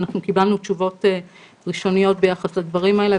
קיבלנו תשובות ראשוניות ביחס לדברים האלה,